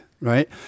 right